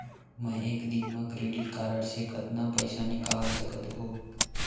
मैं एक दिन म क्रेडिट कारड से कतना पइसा निकाल सकत हो?